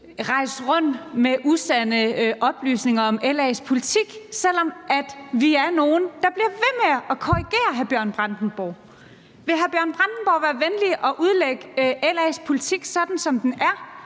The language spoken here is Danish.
rejst rundt med usande oplysninger om LA's politik, selv om vi er nogle, der bliver ved med at korrigere hr. Bjørn Brandenborg. Vil hr. Bjørn Brandenborg være venlig at udlægge LA's politik, sådan som den er,